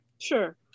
sure